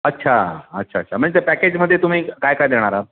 अच्छा अच्छा अच्छा म्हणजे त्या पॅकेजमध्ये तुम्ही काय काय देणार आहात